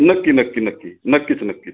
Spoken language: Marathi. नक्की नक्की नक्की नक्कीच नक्कीच